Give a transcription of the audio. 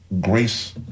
grace